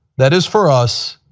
that is for us,